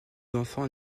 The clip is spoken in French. enfants